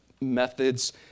methods